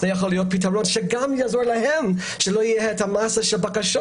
זה יכול להיות פתרון שגם יעזור להם ולא תהיה מסה כזו גדולה של בקשות.